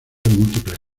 múltiples